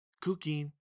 cooking